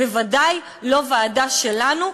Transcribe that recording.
בוודאי לא ועדה שלנו,